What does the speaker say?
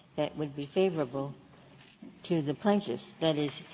that would be favorable to the plaintiffs that is,